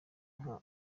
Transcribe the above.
nka